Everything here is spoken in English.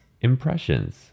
impressions